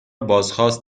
بازخواست